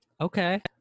Okay